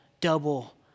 double